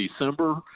December